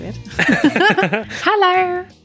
Hello